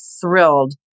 thrilled